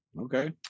okay